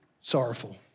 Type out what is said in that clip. sorrowful